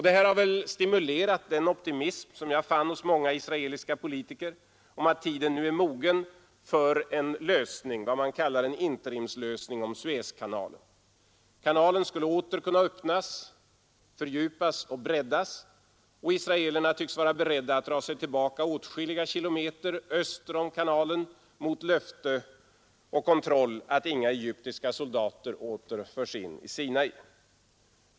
Detta har väl stimulerat den optimism som jag fann hos många israeliska politiker om att tiden nu är mogen för vad man kallar en interimslösning om Suezkanalen. Kanalen skulle åter kunna öppnas, fördjupas och breddas, och israelerna tycks vara beredda att dra sig tillbaka åtskilliga kilometer öster om kanalen mot löfte och kontroll att inga egyptiska soldater åter förs in i Sinai.